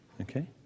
okay